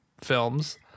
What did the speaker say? films